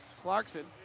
Clarkson